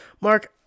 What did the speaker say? Mark